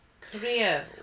Korea